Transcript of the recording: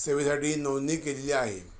सेवेसाठी नोंदणी केलेली आहे